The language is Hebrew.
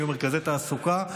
יהיו מרכזי תעסוקה,